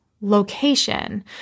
location